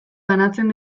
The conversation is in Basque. banatzen